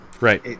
Right